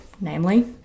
namely